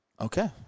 Okay